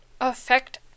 affect